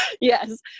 Yes